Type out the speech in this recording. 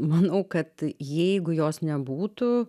manau kad jeigu jos nebūtų